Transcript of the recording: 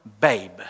babe